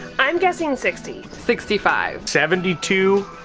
i'm guessing sixty. sixty five. seventy two,